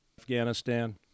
Afghanistan